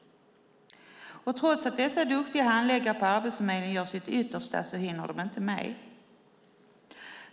Trots att dessa duktiga handläggare på Arbetsförmedlingen gör sitt yttersta hinner de inte med.